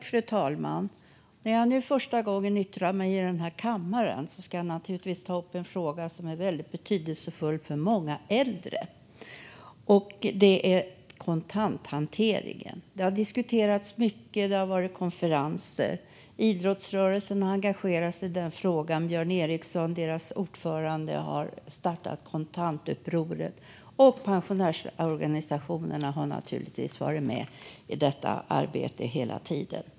Fru talman! När jag nu för första gången yttrar mig i denna kammare ska jag naturligtvis ta upp en fråga som är väldigt betydelsefull för många äldre, nämligen kontanthanteringen. Det har diskuterats mycket. Konferenser har ägt rum. Idrottsrörelsen har engagerat sig i frågan. Riksidrottsförbundets ordförande Björn Eriksson har startat Kontantupproret. Pensionärsorganisationerna har naturligtvis varit med i detta arbete hela tiden.